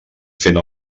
fent